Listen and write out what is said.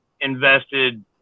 invested